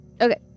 Okay